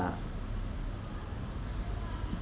uh